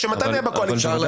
כשמתן היה בקואליציה.